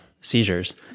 seizures